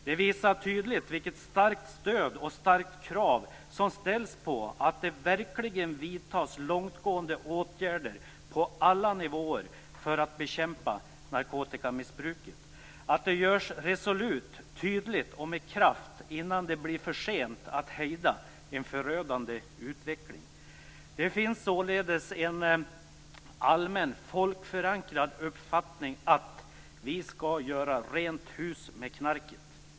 Det visar tydligen vilket starkt stöd och starkt krav som ställs på att det verkligen vidtas långtgående åtgärder, på alla nivåer, för att bekämpa narkotikamissbruket, att det görs resolut, tydligt och med kraft innan det blir för sent att hejda en förödande utveckling. Det finns således en allmän folkförankrad uppfattning att vi skall göra rent hus med knarket.